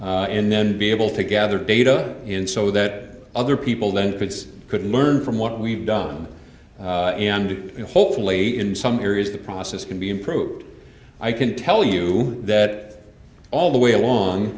and then be able to gather data in so that other people then it's could learn from what we've done and in hopefully in some areas the process can be improved i can tell you that all the way